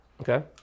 Okay